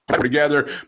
together